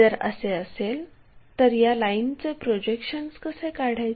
जर असे असेल तर या लाईनचे प्रोजेक्शन्स कसे काढायचे